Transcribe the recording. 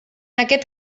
aquest